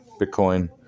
Bitcoin